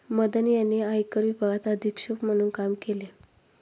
मदन यांनी आयकर विभागात अधीक्षक म्हणून काम केले